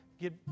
get